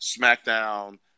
Smackdown